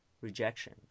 rejection